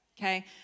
okay